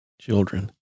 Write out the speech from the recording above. children